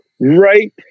Right